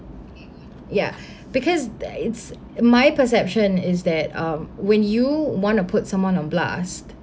ya because that's my perception is that uh when you want to put someone on blast